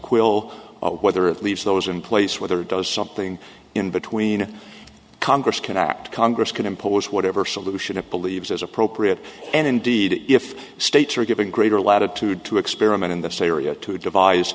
quill whether it leaves those in place whether it does something in between congress can act congress can impose whatever solution it believes is appropriate and indeed if states are given greater latitude to experiment in this area to devise